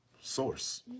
source